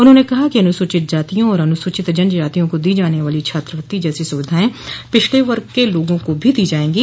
उन्होंने कहा कि अनुसूचित जातियों और अनुसूचित जनजातियों को दी जाने वाली छात्रवृत्ति जैसी सुविधाएं पिछडे वर्गों के लोगों को भी दी जाएंगी